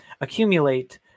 accumulate